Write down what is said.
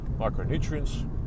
micronutrients